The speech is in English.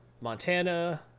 Montana